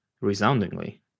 resoundingly